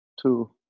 two